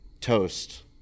toast